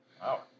wow